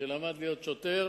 שלמד להיות שוטר